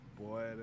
boy